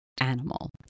animal